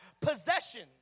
possessions